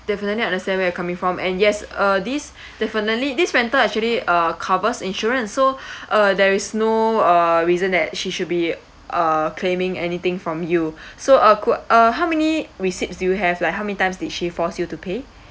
definitely I understand where you're coming from and yes uh this definitely this rental actually uh covers insurance so uh there is no uh reason that she should be uh claiming anything from you so uh cou~ uh how many receipts do you have like how many times did she force you to pay